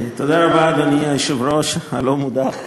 תודה רבה, אדוני היושב-ראש הלא-מודח,